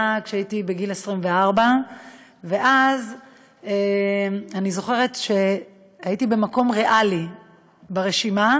כשהייתי בגיל 24. אני זוכרת שהייתי במקום ריאלי ברשימה,